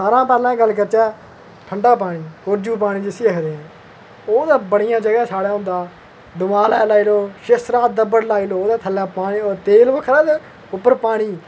सारें हां पैह्ले गल्ल करचै ठंड़ा पानी कोरजू पानी जिस्सी आखदे ओह् ते बड़ियें जगहें साढ़ै होंदा दमालै लाई लैओ केसरै दे दब्बड़ लाई लैओ ओह् ते बड्डियें जगहें उप्पर साढ़ै पानी